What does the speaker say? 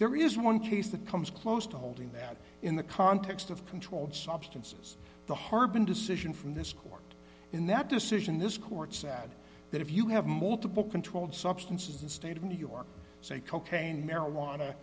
there is one case that comes close to holding that in the context of controlled substances the harbin decision from this court in that decision this court sad that if you have multiple controlled substances in state of new york say cocaine marijuana